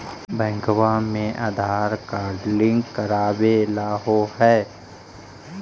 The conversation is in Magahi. बैंकवा मे आधार कार्ड लिंक करवैलहो है?